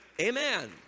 Amen